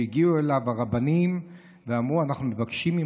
הגיעו אליו הרבנים ואמרו: אנחנו מבקשים ממך,